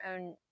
own